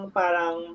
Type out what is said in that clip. parang